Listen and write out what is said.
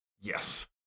Yes